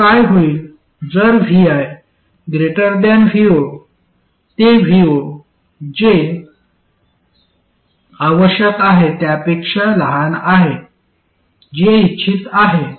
आता काय होईल जर vi vo ते vo जे आवश्यक आहे त्यापेक्षा लहान आहे जे इच्छित आहे